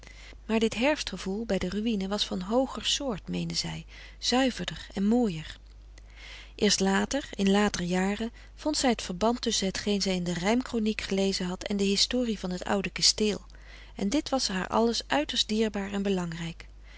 maar dit herfst gevoel bij de ruïne was van hooger soort meende zij zuiverder en mooier eerst later in later jaren vond zij het verband tusschen hetgeen zij in de rijmkroniek gelezen had en de historie van het oude kasteel en dit was haar alles uiterst dierbaar en belangrijk